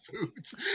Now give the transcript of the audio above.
foods